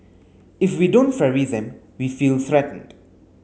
if we don't ferry them we feel threatened